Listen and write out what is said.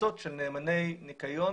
קנסות של נאמני ניקיון,